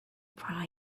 pride